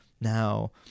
now